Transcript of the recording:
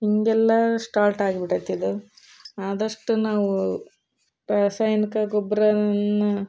ಹಿಂಗೆಲ್ಲ ಶ್ಟಾಟ್ ಆಗಿಬಿಟ್ಟೈತಿ ಇದು ಆದಷ್ಟು ನಾವು ರಾಸಾಯನಿಕ ಗೊಬ್ಬರವನ್ನ